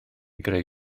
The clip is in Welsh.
greu